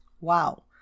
wow